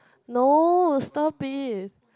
no stop it